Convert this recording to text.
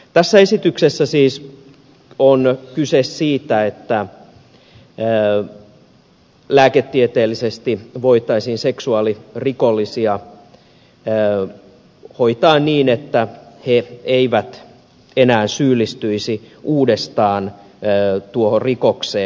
tässä esityksessä siis on kyse siitä että lääketieteellisesti voitaisiin seksuaalirikollisia hoitaa niin että he eivät enää syyllistyisi uudestaan tuohon rikokseen